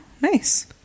nice